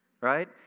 right